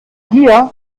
gier